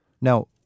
Now